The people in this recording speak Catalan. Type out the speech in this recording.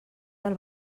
del